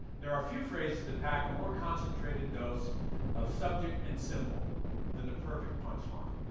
there are few phrases that pack a more concentrated dose of subject and symbol than the perfect punchline.